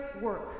work